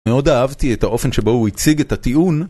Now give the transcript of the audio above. מאוד אהבתי את האופן שבו הוא הציג את הטיעון